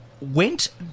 went